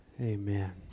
Amen